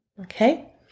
Okay